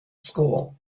school